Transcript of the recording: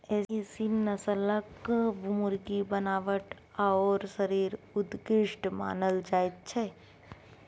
एसील नस्लक मुर्गीक बनावट आओर शरीर उत्कृष्ट मानल जाइत छै